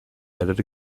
added